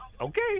okay